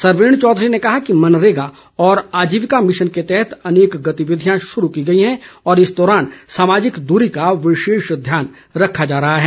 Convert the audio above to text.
सरवीण चौधरी ने कहा कि मनरेगा और आजीविका मिशन के तहत अनेक गतिविधियां शुरू की गई हैं और इस दौरान सामाजिक दूरी का विशेष ध्यान रखा जा रहा है